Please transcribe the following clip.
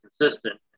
consistent